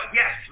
yes